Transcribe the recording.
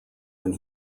when